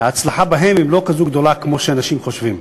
ההצלחה בהן היא לא כזאת גדולה כמו שאנשים חושבים.